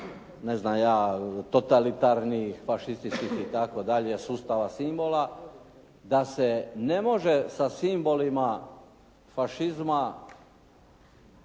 ne znam ja, totalitarnih, fašističkih i tako dalje sustava, simbola da se ne može sa simbolima fašizma,